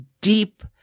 deep